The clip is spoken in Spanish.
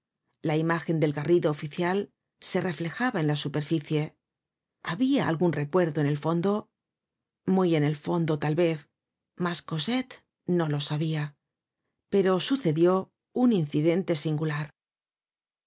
la imágen del garrido oficial se reflejaba en la superficie habia algun recuerdo en el fondo muy en el fondo tal vez mas cosette no lo sabia pero sucedió un incidente singular